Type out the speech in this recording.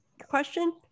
question